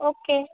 okay